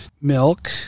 Milk